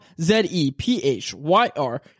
Z-E-P-H-Y-R